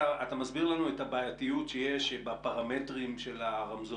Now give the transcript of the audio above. זה בסדר ואתה מסביר לנו את הבעייתיות שיש בפרמטרים של הרמזור.